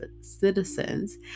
citizens